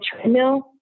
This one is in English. treadmill